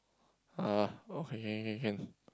ah okay K K K can